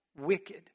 wicked